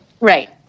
Right